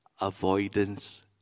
avoidance